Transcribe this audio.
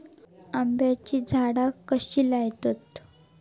आम्याची झाडा कशी लयतत?